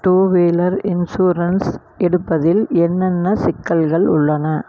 two wheeler insurance எடுப்பதில் என்னென்ன சிக்கல்கள் உள்ளன